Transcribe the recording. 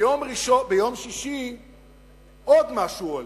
ביום שישי עוד משהו עולה,